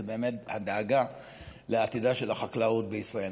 שזאת באמת הדאגה לעתידה של החקלאות בישראל.